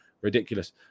ridiculous